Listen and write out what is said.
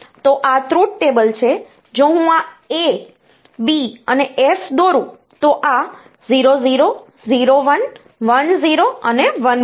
તો આ truth table છે જો હું આ A B અને F દોરું તો આ 0 0 0 1 1 0 અને 1 1 છે